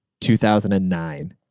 2009